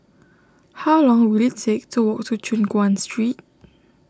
how long will it take to walk to Choon Guan Street